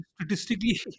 statistically